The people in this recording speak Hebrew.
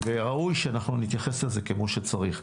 וראוי שאנחנו נתייחס לזה כמו שצריך.